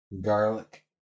garlic